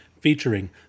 Featuring